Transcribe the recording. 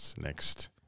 next